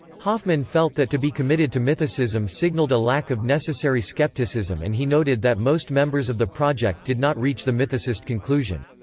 hoffmann felt that to be committed to mythicism signaled a lack of necessary skepticism and he noted that most members of the project did not reach the mythicist conclusion.